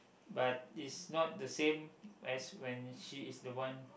but is not the same as when she is the one